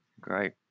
Great